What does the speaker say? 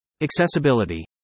Accessibility